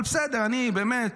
אבל בסדר, באמת.